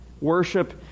Worship